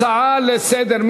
התשע"ג 2013. הצעה לסדר-היום.